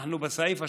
אנחנו בסעיף השלישי,